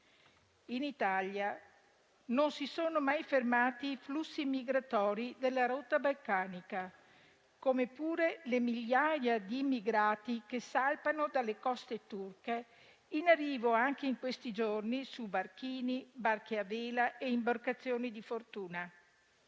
In Italia non si sono mai fermati i flussi migratori dalla rotta balcanica, come pure le migliaia di immigrati che salpano dalle coste turche, in arrivo anche in questi giorni su barchini, barche a vela e imbarcazioni di fortuna.